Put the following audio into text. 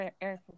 Eric